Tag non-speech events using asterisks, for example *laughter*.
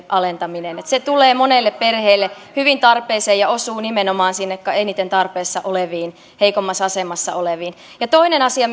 *unintelligible* alentaminen se tulee monelle perheelle hyvin tarpeeseen ja osuu nimenomaan sinne eniten tarpeessa oleviin heikoimmassa asemassa oleviin toinen asia *unintelligible*